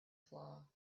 flaw